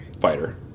fighter